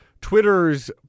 Twitter's